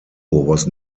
was